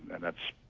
and that's